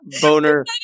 boner